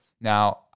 Now